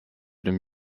dem